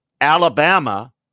Alabama